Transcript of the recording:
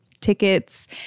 tickets